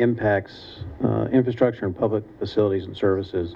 impacts infrastructure and public facilities and services